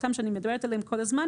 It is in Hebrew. אותם חומרים שאני מדברת עליהם כל הזמן,